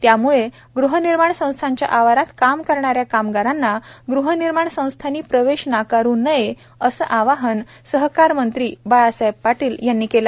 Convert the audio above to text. त्यामुळे गुहनिर्माण संस्थांच्या आवारात काम करणाऱ्या कामगारांना ग्रहनिर्माण संस्थांनी प्रवेश नाकारू नये असं आवाहन सहकार मंत्री बाळासाहेब पाटील यांनी केलं